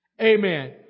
Amen